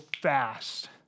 fast